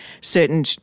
certain